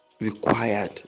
required